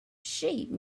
sheet